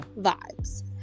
vibes